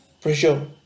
pressure